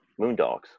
Moondogs